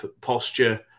posture